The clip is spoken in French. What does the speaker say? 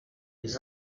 des